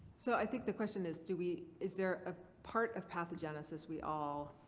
so i think the question is do we. is there a part of pathogenesis we all.